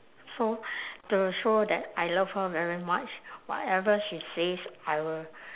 so to show that I love her very much whatever she says I will